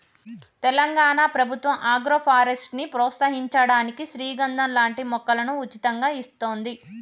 తెలంగాణ ప్రభుత్వం ఆగ్రోఫారెస్ట్ ని ప్రోత్సహించడానికి శ్రీగంధం లాంటి మొక్కలను ఉచితంగా ఇస్తోంది